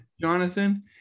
jonathan